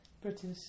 British